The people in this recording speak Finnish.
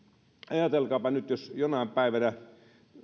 ajatelkaapa nyt jos jonain päivänä